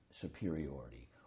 superiority